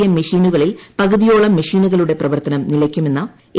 M മെഷീനുകളിൽ പകുതിയോളം മെഷീനുകളുടെ പ്രവർത്തനം നിലയ്ക്കുമെന്ന എ